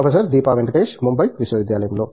professor Deepa Venkatesh Mumbai విశ్వవిద్యాలయంలో